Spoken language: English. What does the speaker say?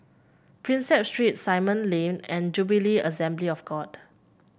Prinsep Street Simon Lane and Jubilee Assembly of God